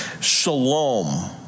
shalom